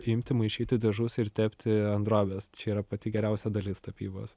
imti maišyti dažus ir tepti ant drobės čia yra pati geriausia dalis tapybos